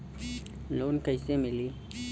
Loan कइसे मिलि?